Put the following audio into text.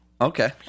Okay